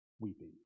weeping